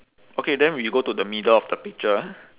okay then we go to the middle of the picture